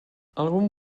algun